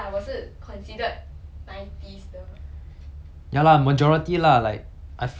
ya lah majority lah like I feel majority are 草莓族 ah like